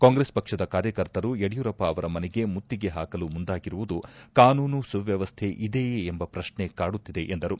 ಕಾಂಗ್ರೆಸ್ ಪಕ್ಷದ ಕಾರ್ಯಕರ್ತರು ಯಡಿಯೂರಪ್ಪ ಅವರ ಮನೆಗೆ ಮುತ್ತಿಗೆ ಹಾಕಲು ಮುಂದಾಗಿರುವುದು ಕಾನೂನು ಸುವ್ಕವಸ್ಥೆ ಇದೆಯೇ ಎಂಬ ಪ್ರಕ್ನೆ ಕಾಡುತ್ತಿದೆ ಎಂದರು